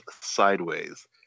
sideways